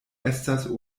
estas